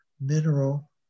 mineral